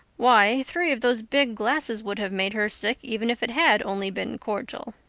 why, three of those big glasses would have made her sick even if it had only been cordial.